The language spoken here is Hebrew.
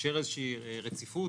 ולאפשר רציפות.